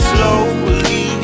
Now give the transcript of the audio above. Slowly